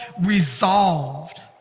resolved